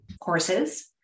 courses